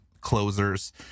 closers